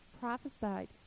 prophesied